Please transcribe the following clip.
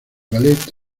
ballet